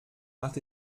macht